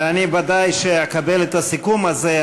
אני ודאי שאקבל את הסיכום הזה,